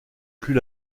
plus